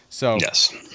Yes